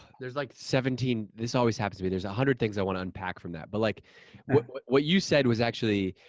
there's like seventeen, this always happen to me. there's a hundred things i wanna unpack from that but, like what what you said was actually,